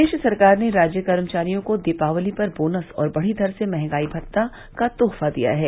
प्रदेश सरकार ने राज्य कर्मचारियों को दीपावली पर बोनस और बढ़ी दर से महंगाई भत्ता का तोहफा दिया है